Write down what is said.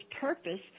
purpose